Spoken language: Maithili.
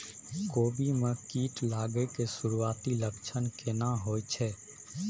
कोबी में कीट लागय के सुरूआती लक्षण केना होय छै